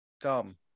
dumb